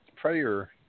prayer